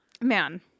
Man